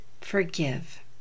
forgive